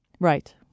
Right